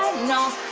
know